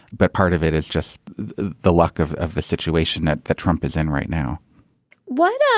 but part of it is just the luck of of the situation that that trump is in right now what?